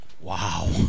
wow